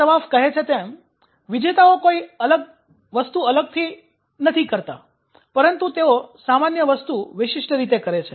સવાફ કહે છે તેમ - વિજેતાઓ કોઈ વસ્તુ અલગ થી નથી કરતાં પરંતુ તેઓ સામાન્ય વસ્તુ વિશિષ્ટ રીતે કરે છે